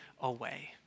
away